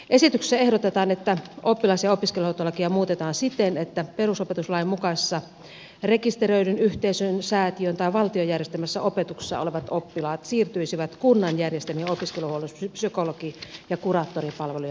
esityksessä ehdotetaan että oppilas ja opiskelijahuoltolakia muutetaan siten että perusopetuslain mukaisessa rekisteröidyn yhteisön säätiön tai valtion järjestämässä opetuksessa olevat oppilaat siirtyisivät kunnan järjestämien opiskeluhuollon psykologi ja kuraattoripalvelujen piiriin